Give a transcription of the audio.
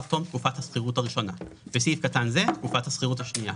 תום תקופת השכירות הראשונה (בסעיף קטן זה תקופת השכירות השנייה).